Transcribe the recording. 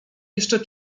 jeszcze